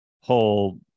whole-